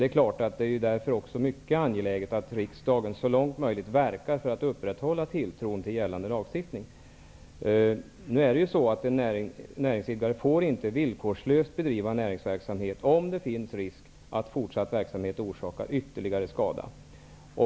Det är därför också mycket angeläget att riksdagen så långt möjligt verkar för att upprätthålla tilltron till gällande lagstiftning. Näringsidkare får inte villkorslöst bedriva näringsverksamhet, om det finns risk att fortsatt verksamhet orsakar ytterligare skada.